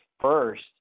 first